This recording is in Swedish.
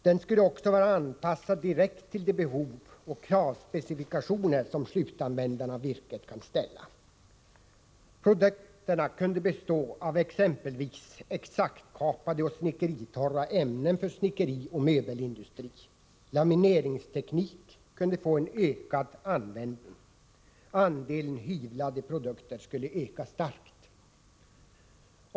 Den skulle också vara anpassad direkt till de behov och kravspecifikationer som slutanvändarna av virket kan ha. Produkterna kunde bestå av exempelvis exaktkapade och snickeritorra ämnen för snickerioch möbelindustri. Lamineringstekniken kunde få en ökad användning. Andelen hyvlade produkter skulle öka starkt.